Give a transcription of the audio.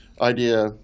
idea